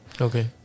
Okay